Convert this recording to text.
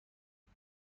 شما